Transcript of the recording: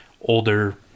older